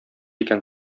икән